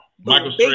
Michael